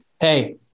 hey